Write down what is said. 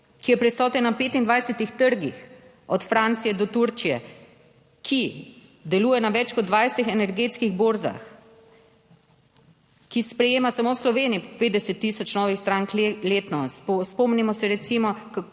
ki je prisoten na 25 trgih, od Francije do Turčije, ki deluje na več kot 20 energetskih borzah, ki sprejema samo v Sloveniji 50 tisoč novih strank letno. Spomnimo se recimo,